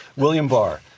william barr,